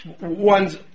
one's